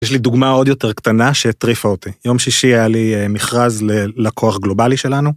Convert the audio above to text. יש לי דוגמה עוד יותר קטנה שהטריפה אותי יום שישי היה לי מכרז ללקוח גלובלי שלנו.